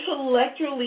intellectually